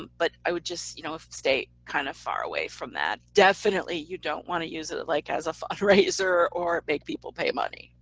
but i would just you know ah stay kind of far away from that. definitely you don't want to use it it like as a fundraiser, or make people pay money,